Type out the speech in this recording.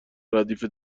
ردیف